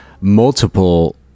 multiple